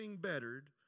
bettered